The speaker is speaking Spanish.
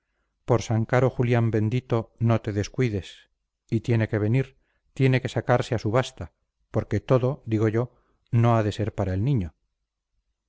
por san carojulián bendito no te descuides y tiene que venir tiene que sacarse a subasta porque todo digo yo no ha de ser para el niño